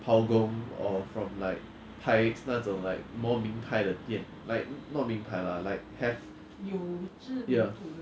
Palgong or from like Thaiex 那种 like more 名牌的店 like not 名牌 lah like have ya